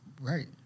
Right